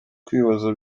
kwibaza